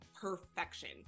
perfection